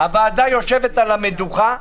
הוועדה יושבת על המדוכה,